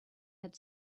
had